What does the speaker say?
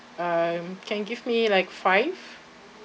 um can you give me like five